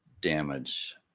damage